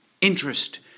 interest